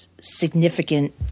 significant